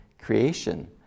creation